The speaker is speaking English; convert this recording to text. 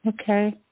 Okay